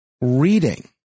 reading